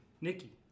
Nikki